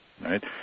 right